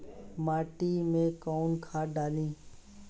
माटी में कोउन खाद डाली?